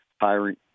hiring